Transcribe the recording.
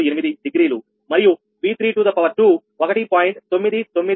048 degree మరియు 𝑉32 1